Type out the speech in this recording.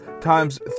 times